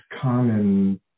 common